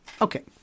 Okay